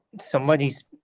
somebody's